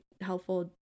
helpful